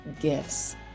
gifts